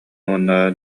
уонна